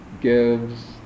gives